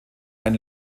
ein